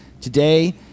Today